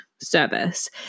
service